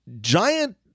giant